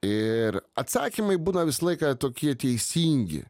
ir atsakymai būna visą laiką tokie teisingi